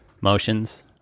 motions